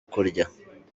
kurya